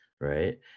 right